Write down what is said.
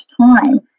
time